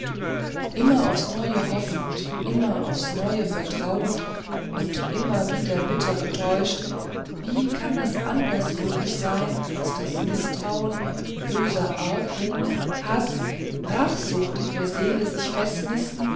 immer aufs neue hoffend immer aufs neue vertrauend und immer wieder bitter getäuscht wie kann es anders möglich sein als daß mißtrauen böser argwohn haß rachsucht in der seele sich